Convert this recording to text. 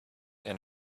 and